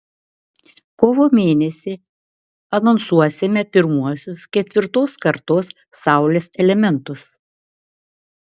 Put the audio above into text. kovo mėnesį anonsuosime pirmuosius ketvirtos kartos saulės elementus